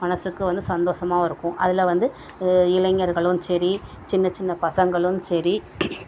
மனதுக்கு வந்து சந்தோஷமாவும் இருக்கும் அதில் வந்து இளைஞர்களும் சரி சின்ன சின்ன பசங்களும் சரி